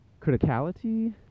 criticality